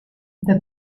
the